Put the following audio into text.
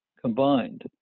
combined